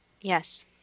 Yes